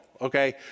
okay